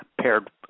paired